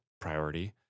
priority